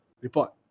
report